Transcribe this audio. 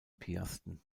piasten